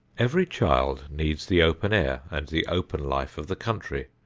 every child needs the open air and the open life of the country.